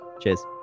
Cheers